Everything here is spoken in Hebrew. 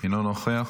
אינו נוכח,